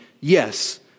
Yes